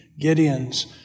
Gideons